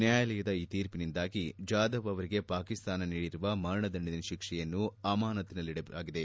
ನ್ಯಾಯಾಲಯದ ಈ ತೀರ್ಪಿನಿಂದಾಗಿ ಜಾಧವ್ ಅವರಿಗೆ ಪಾಕಿಸ್ತಾನ ನೀಡಿರುವ ಮರಣದಂಡನೆ ಶಿಕ್ಷೆಯನ್ನು ಅಮಾನತ್ತಿಲ್ಲಿಡಲಾಗಿದೆ